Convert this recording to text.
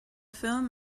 film